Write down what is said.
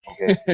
Okay